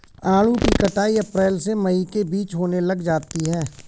आड़ू की कटाई अप्रैल से मई के बीच होने लग जाती है